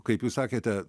kaip jūs sakėte